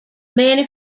many